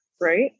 right